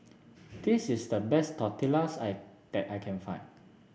this is the best Tortillas I that I can find